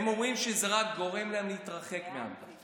הם אומרים שזה רק גורם להם להתרחק מהדת.